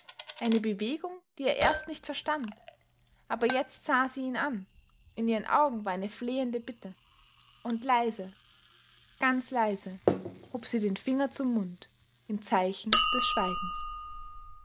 eine bewegung die er erst nicht verstand aber jetzt sah sie ihn an in ihren augen war eine flehende bitte und leise ganz leise hob sie den finger zum mund im zeichen des schweigens